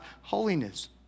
holiness